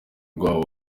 rwabo